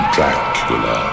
Dracula